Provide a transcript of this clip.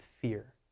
fear